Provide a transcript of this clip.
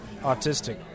autistic